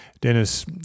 Dennis